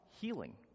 healing